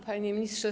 Panie Ministrze!